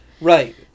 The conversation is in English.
Right